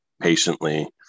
patiently